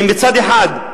מצד אחד,